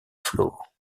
flots